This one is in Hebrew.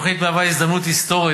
התוכנית מהווה הזדמנות היסטורית,